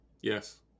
Yes